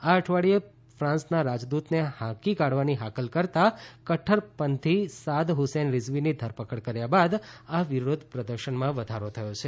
આ અઠવાડિયે ફાંસના રાજદૂતને હાંકી કાઢવાની હાકલ કરતા કદ્દરપંથી સાદ હ્સેન રિઝવીની ધરપકડ કર્યા બાદ આ વિરોધ પ્રદર્શનમાં વધારો થયો છે